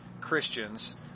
Christians